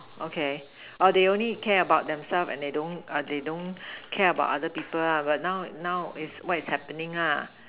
okay or they only care about themselves and they don't uh they don't care about other people lah but now now what is happening ah